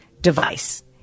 device